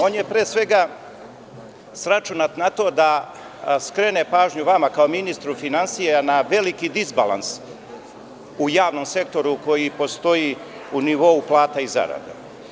On je pre svega sračunat na to da skrene pažnju vama, kao ministru finansija, na veliki disbalans u javnom sektoru koji postoji u nivou plata i zarada.